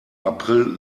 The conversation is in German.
april